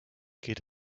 geht